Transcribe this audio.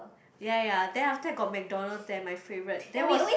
ya ya then after that got McDonald's there my favourite there was